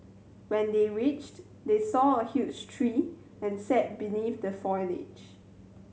when they reached they saw a huge tree and sat beneath the foliage